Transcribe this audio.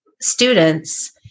students